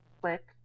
click